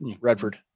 Redford